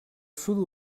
sud